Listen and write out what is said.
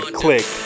click